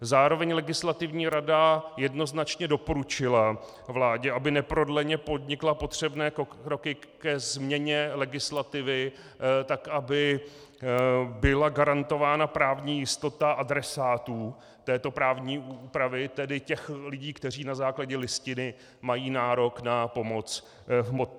Zároveň Legislativní rada jednoznačně doporučila vládě, aby neprodleně podnikla potřebné kroky ke změně legislativy tak, aby byla garantována právní jistota adresátů této právní úpravy, tedy těch lidí, kteří na základě Listiny mají nárok na pomoc v hmotné nouzi.